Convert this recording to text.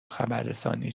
خبررسانی